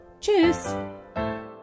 Tschüss